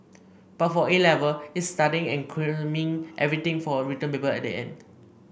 but for A Level it's studying and cramming everything for a written paper at the end